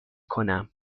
کنم